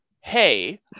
Hey